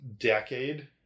decade